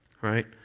right